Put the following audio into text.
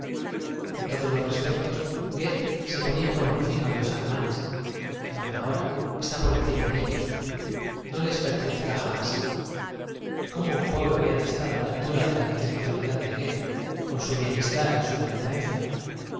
respec tos goethe se ponía por encima de los alemanes y aun ahora está por encima de ellos no les portene cerá jam ás cómo un pueblo habia de estar á la a lta ra de la infelectualidad de goethe con su bienestar y su benevoleacial